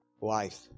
life